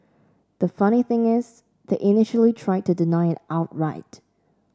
the funny thing is they initially tried to deny it outright